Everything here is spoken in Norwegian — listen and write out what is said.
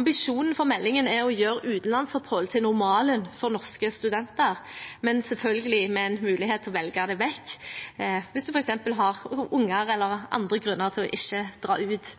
Ambisjonen for meldingen er å gjøre utenlandsopphold til normalen for norske studenter, men selvfølgelig med mulighet til å velge det vekk hvis man f.eks. har unger eller andre grunner til ikke å dra ut.